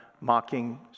mocking